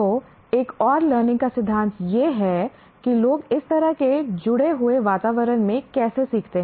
तो एक और लर्निंग का सिद्धांत यह है कि लोग इस तरह के जुड़े हुए वातावरण में कैसे सीखते हैं